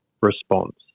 response